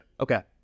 okay